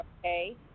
Okay